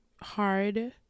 hard